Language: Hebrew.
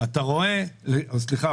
אתה רואה סליחה,